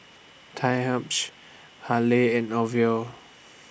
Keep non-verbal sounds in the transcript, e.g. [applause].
[unintelligible] Halle and Orvel